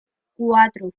cuatro